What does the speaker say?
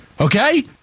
Okay